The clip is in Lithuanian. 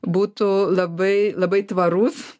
būtų labai labai tvarus